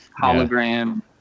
hologram